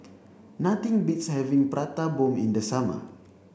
nothing beats having Prata Bomb in the summer